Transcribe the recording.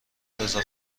رضا